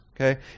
okay